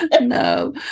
No